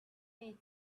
ate